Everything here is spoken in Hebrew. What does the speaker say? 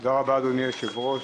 תודה רבה, אדוני היושב-ראש,